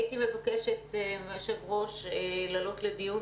אני מבקשת מהיושב-ראש להעלות לדיון